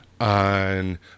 on